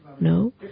No